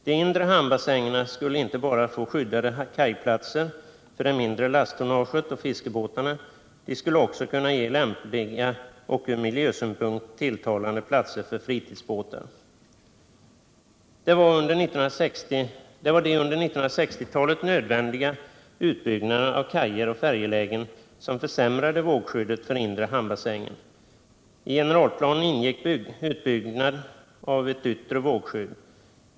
De inre hamnbassängerna skulle inte bara få skyddade kajplatser för det mindre lasttonnaget och fiskarna — de skulle också kunna ge lämpliga och ur miljösynpunkt tilltalande platser för fritidsbåtar. Det var de under 1960-talet nödvändiga utbyggnaderna av kajer och färjelägen som försämrade vågskyddet för inre hamnbassängen. I generalplanen ingick utbyggnad av ett yttre vågskydd.